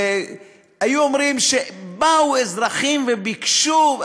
היו אומרים שבאו אזרחים וביקשו,